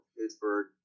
Pittsburgh